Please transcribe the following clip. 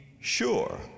sure